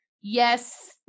yes